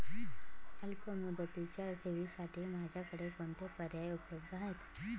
अल्पमुदतीच्या ठेवींसाठी माझ्याकडे कोणते पर्याय उपलब्ध आहेत?